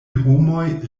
homoj